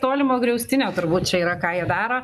tolimo griaustinio turbūt čia yra ką jie daro